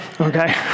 okay